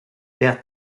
wer